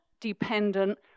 dependent